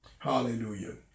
Hallelujah